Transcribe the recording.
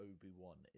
Obi-Wan